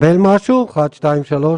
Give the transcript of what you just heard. אין שום היגיון אפידמיולוגי.